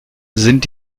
sind